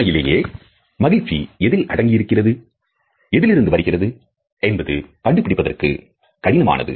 உண்மையிலேயே மகிழ்ச்சி எதில் அடங்கியிருக்கிறது எதிலிருந்து வருகிறது என்பதுகண்டுபிடிப்பதற்கு கடினமானது